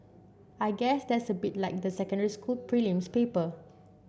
I guess that's a bit like the secondary school prelims papers